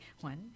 One